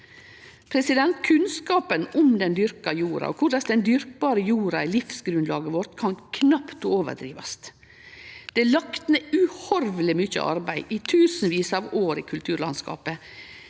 Kunnskapen om den dyrka jorda og korleis den dyrkbare jorda er livsgrunnlaget vårt, kan knapt overdrivast. Det er lagt ned uhorveleg mykje arbeid i tusenvis av år i kulturlandskapet.